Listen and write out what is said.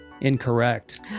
Incorrect